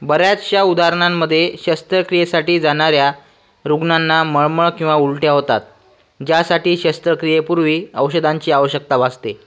बऱ्याचशा उदाहरणांमधे शस्त्रक्रियेसाठी जाणाऱ्या रुग्णांना मळमळ किंवा उलट्या होतात ज्यासाठी शस्त्रक्रियेपूर्वी औषधांची आवश्यकता वासते